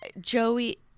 Joey